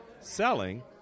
selling